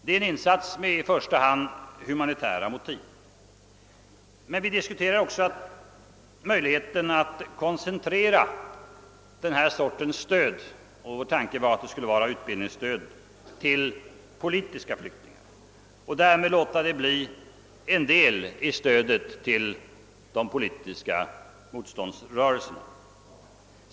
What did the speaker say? Det är en insats med i första hand humanitära motiv, men vi diskuterar också möjligheten att koncentrera denna sorts stöd — vår tanke är att det skall vara ett utbildningsstöd — till politiska flyktingar och därmed låta det bli en del av stödet till de politiska moståndsrörelserna.